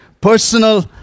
personal